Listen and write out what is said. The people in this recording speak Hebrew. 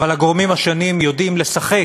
אבל הגורמים השונים יודעים לשחק